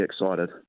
excited